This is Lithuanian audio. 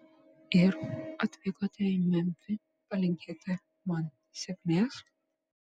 ir atvykote į memfį palinkėti man sėkmės